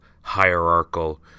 hierarchical